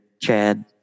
Chad